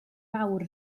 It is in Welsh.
mawr